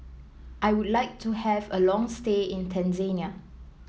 I would like to have a long stay in Tanzania